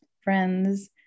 Friends